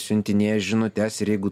siuntinėja žinutes ir jeigu